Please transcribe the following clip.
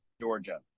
Georgia